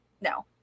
no